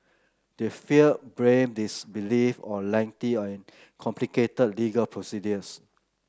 they fear blame disbelief or lengthy and complicated legal procedures